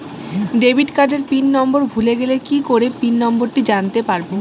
Debit কার্ডের pin number ভুলে গেলে কি করে পিন নম্বরটি জানতে পারবো?